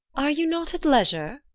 are you not at leysure?